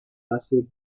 base